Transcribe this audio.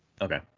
Okay